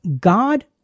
God